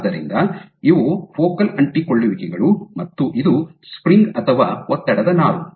ಆದ್ದರಿಂದ ಇವು ಫೋಕಲ್ ಅಂಟಿಕೊಳ್ಳುವಿಕೆಗಳು ಮತ್ತು ಇದು ಸ್ಟ್ರಿಂಗ್ ಅಥವಾ ಒತ್ತಡದ ನಾರು